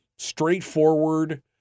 straightforward